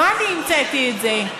לא אני המצאתי את זה.